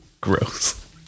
gross